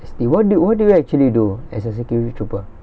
S_T what do you what do you actually do as a security trooper